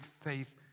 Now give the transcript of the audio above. Faith